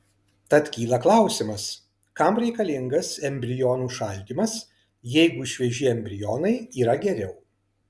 tad kyla klausimas kam reikalingas embrionų šaldymas jeigu švieži embrionai yra geriau